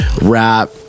Rap